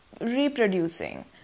reproducing